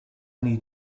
need